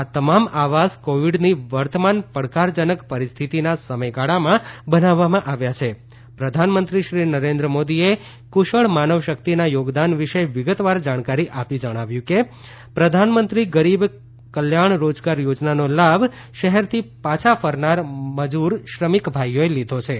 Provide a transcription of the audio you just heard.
આ તમામ આવાસ કોવીડની વર્તમાન પડકારજનક પરિસ્થિતિના સમયગાળામાં બનાવવામાં આવ્યા છી પ્રધાનમંત્રી નરેન્દ્ર મોદીએ કુશળ માનવશક્તિના થોગદાન વિશે વિગતવાર જાણકારી આપી જણાવ્યું કે પ્રધાનમંત્રી ગરીબ કલ્યાણ રોજગાર યોજનાનો લાભ શહેરથી પાછા ફરનાર મજૂર ભાઇઓએ લીધો છે